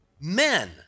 men